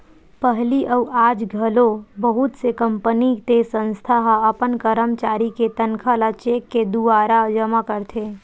पहिली अउ आज घलो बहुत से कंपनी ते संस्था ह अपन करमचारी के तनखा ल चेक के दुवारा जमा करथे